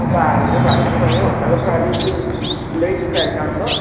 ᱵᱟᱝ ᱜᱮ ᱵᱟᱝ ᱜᱮ ᱚᱱᱠᱟ ᱫᱚ ᱦᱟᱸᱜ ᱟᱹᱞᱤᱧ ᱞᱤᱧ ᱞᱟᱹᱭ ᱴᱷᱤᱠ ᱟᱭ ᱠᱷᱟᱱ ᱫᱚ